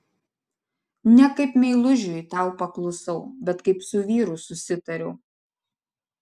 ne kaip meilužiui tau paklusau bet kaip su vyru susitariau